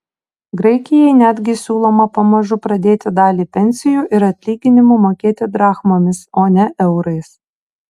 graikijai netgi siūloma pamažu pradėti dalį pensijų ir atlyginimų mokėti drachmomis o ne eurais